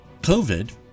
COVID